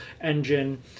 engine